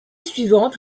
suivante